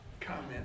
comment